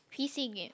p_c game